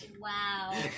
Wow